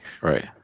Right